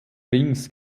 rings